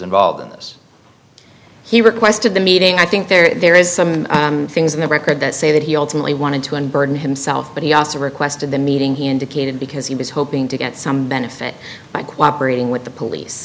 involved in this he requested the meeting i think there is some things in the record that say that he ultimately wanted to unburden himself but he also requested the meeting he indicated because he was hoping to get some benefit by cooperating with the police